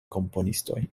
komponistoj